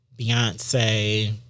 Beyonce